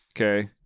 okay